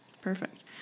Perfect